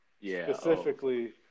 specifically